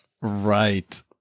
Right